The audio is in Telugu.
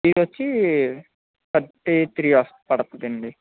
ఇది వచ్చి థర్టీ త్రీ ఒస్తా పడుతుందండి